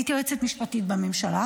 הייתי יועצת משפטית בממשלה,